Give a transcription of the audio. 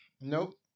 nope